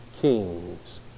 kings